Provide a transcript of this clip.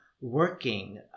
working